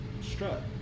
strut